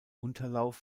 unterlauf